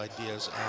ideas